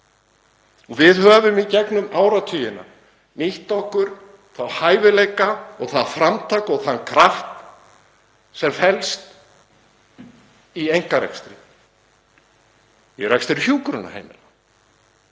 Við höfum í gegnum áratugina nýtt okkur þá hæfileika og það framtak og þann kraft sem felst í einkarekstri í rekstri hjúkrunarheimila,